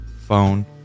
phone